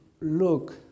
look